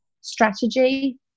strategy